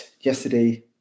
yesterday